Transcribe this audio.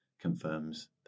confirms